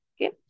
Okay